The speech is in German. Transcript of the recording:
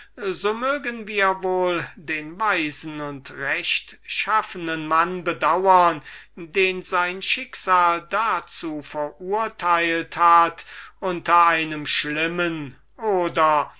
so mögen wir wohl den weisen und rechtschaffenen mann bedauren den sein schicksal dazu verurteilt hat unter einem schlimmen oder